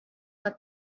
let